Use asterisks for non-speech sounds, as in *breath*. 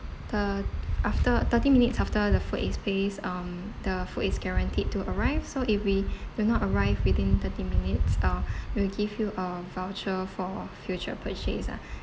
the after thirty minutes after the food is placed um the food is guaranteed to arrive so if we *breath* do not arrive within thirty minutes uh *breath* we'll give you uh voucher for future purchase ah